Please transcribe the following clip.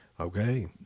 Okay